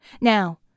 Now